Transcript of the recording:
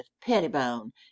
Pettibone